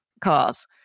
cars